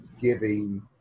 giving